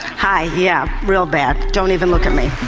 hi, yeah, real bad, don't even look at me.